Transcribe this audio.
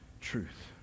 truth